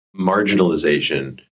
marginalization